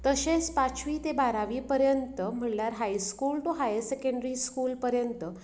तशेंच पांचवी ते बारावी पर्यंत म्हणल्यार high school to higher secondary school पर्यंत